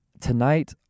tonight